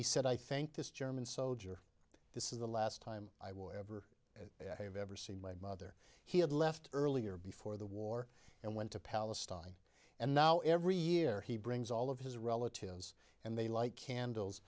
he said i think this german soldier this is the last time i will ever have ever seen my mother he had left earlier before the war and went to palestine and now every year he brings all of his relatives and they light candles